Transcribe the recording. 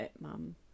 mum